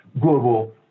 global